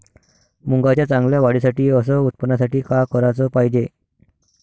मुंगाच्या चांगल्या वाढीसाठी अस उत्पन्नासाठी का कराच पायजे?